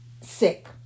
sick